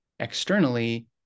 externally